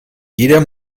jeder